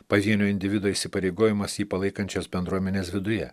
pavienio individo įsipareigojimas jį palaikančios bendruomenės viduje